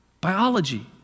biology